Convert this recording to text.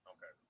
Okay